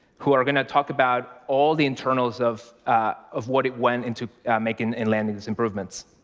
who are going to talk about all the internals of of what went into making and landing these improvements.